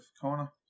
corner